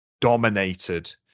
dominated